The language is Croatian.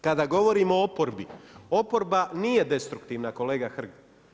Kada govorimo o oporbi, oporba nije destruktivna kolega Hrg.